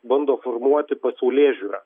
bando formuoti pasaulėžiūrą